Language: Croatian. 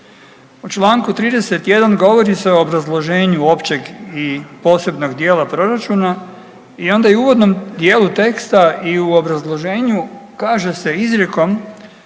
U čl. 31. govori se o obrazloženju općeg i posebnog djela proračun i onda i u uvodnom djelu teksta i u obrazloženju kaže se izrijekom